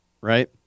right